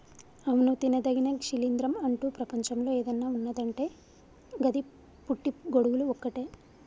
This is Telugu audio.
అవును తినదగిన శిలీంద్రం అంటు ప్రపంచంలో ఏదన్న ఉన్నదంటే గది పుట్టి గొడుగులు ఒక్కటే